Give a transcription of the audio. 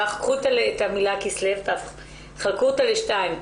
קחו את המילה כסלו וחלקו אותה לשניים,